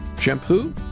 shampoo